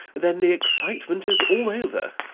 then the excitement is all over.